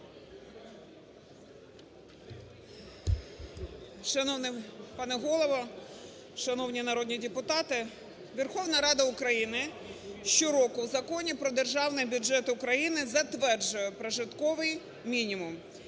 Шановний пане Голово, шановні народні депутати! Верховна Рада України щороку в Законі "Про Державний бюджет України" затверджує прожитковий мінімум,